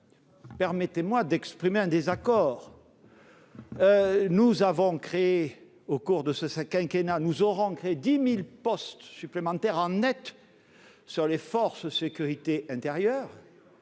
Permettez-moi d'exprimer un désaccord : nous aurons créé, au cours de ce quinquennat, 10 000 postes supplémentaires en net sur les forces de sécurité intérieure,